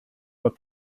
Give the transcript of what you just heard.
were